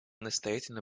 настоятельно